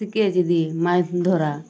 শিখে এসেছি মাছ ধরা